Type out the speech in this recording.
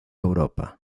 europa